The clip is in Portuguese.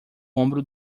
ombro